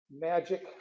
magic